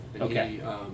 Okay